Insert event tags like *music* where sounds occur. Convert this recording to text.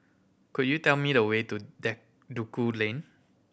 could you tell me the way to *unintelligible* Duku Lane